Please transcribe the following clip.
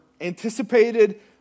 anticipated